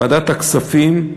ועדת הכספים,